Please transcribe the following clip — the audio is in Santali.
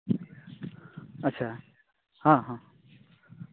ᱟᱪᱪᱷᱟ ᱦᱮᱸ ᱦᱮᱸ